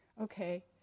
Okay